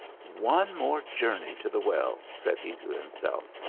one more journey to the well, said he to himself,